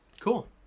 Cool